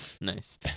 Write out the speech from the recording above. Nice